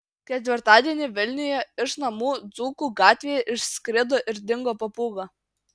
ketvirtadienį vilniuje iš namų dzūkų gatvėje išskrido ir dingo papūga